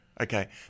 okay